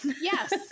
Yes